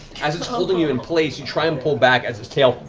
as it's holding you in place, you try and pull back as its tail